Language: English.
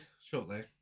Shortly